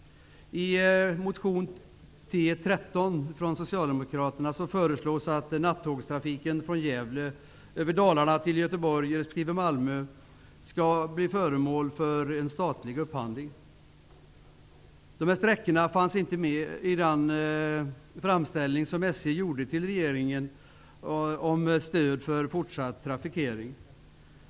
Göteborg respektive Malmö skall bli föremål för statlig upphandling. Dessa sträckor fanns inte med i den framställning som SJ gjorde till regeringen om stöd för fortsatt trafikering.